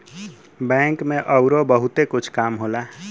bank में अउरो बहुते कुछ काम होला